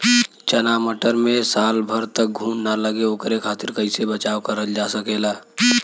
चना मटर मे साल भर तक घून ना लगे ओकरे खातीर कइसे बचाव करल जा सकेला?